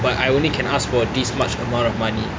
but I only can ask for this much amount of money